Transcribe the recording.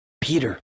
Peter